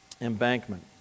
embankment